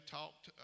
talked